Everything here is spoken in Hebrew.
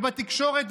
ובתקשורת,